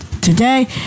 today